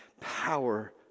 power